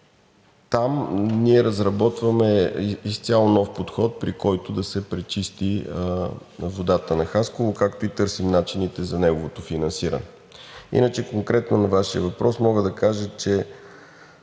Там ние разработваме изцяло нов подход, при който да се пречисти водата на Хасково, както и търсим начините за неговото финансиране. Иначе конкретно на Вашия въпрос мога да кажа, че